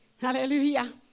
Hallelujah